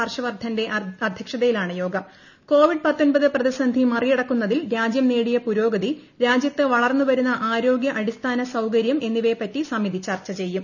ഹർഷ് വർദ്ധന്റെ അധ്യക്ഷതയിലാണ് മറിമടക്കുന്നതിൽ രാജൃം നേടിയ പുരോഗതി രാജൃത്ത് വളർന്നുവരുന്ന ആരോഗ്യ അടിസ്ഥാന സൌകര്യം എന്നിവയെപ്പറ്റി സമിതി ചർച്ച ചെയ്യും